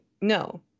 no